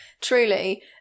truly